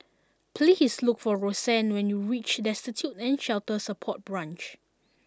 please look for Roseann when you reach Destitute and Shelter Support Branch